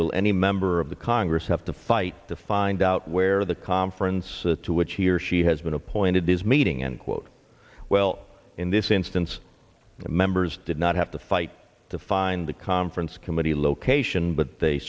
will any member of the congress have to fight to find out where the conference to which he or she has been appointed is meeting and quote well in this instance the members did not have to fight to find the conference committee location but they